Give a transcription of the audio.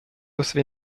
ussa